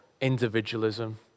individualism